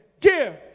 Give